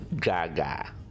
Gaga